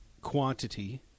quantity